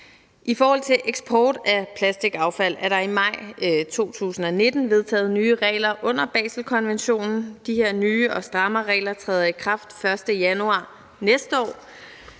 I forhold til eksport af plastikaffald er der i maj 2019 vedtaget nye regler under Baselkonventionen. De her nye og strammere regler træder i kraft den 1. januar næste år.